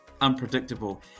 unpredictable